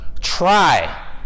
Try